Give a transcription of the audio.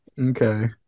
Okay